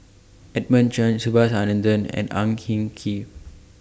Edmund Chen Subhas Anandan and Ang Kin Kee